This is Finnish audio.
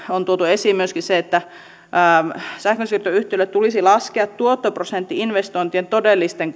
on tuotu esiin myöskin se että sähkönsiirtoyhtiöille tulisi laskea tuottoprosentti investointien todellisten